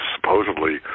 supposedly